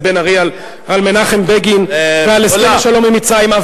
בן-ארי על מנחם בגין ועל הסכם השלום עם מצרים.